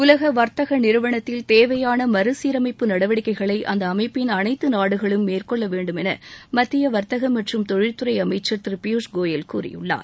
உலக வர்த்தக நிறுவனத்தில் தேவையான மறசீரமைப்பு நடவடிக்கைகளை அந்த அமைப்பின் அனைத்து நாடுகளும் மேற்கொள்ள வேண்டும் என மத்திய வர்த்தக மற்றும் தொழில்தறை அமைச்சர் திரு பியூஷ் கோயல் கூறியுள்ளார்